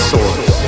Source